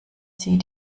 sie